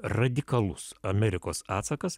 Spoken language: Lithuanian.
radikalus amerikos atsakas